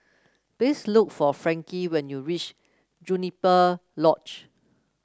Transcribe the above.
please look for Frankie when you reach Juniper Lodge